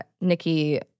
Nikki